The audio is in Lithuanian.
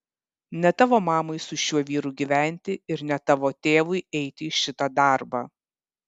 ne tavo mamai su šiuo vyru gyventi ir ne tavo tėvui eiti į šitą darbą